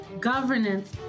Governance